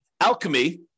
Alchemy